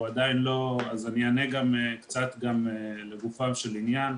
אז אני אענה גם קצת לגופו של עניין.